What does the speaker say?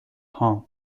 هام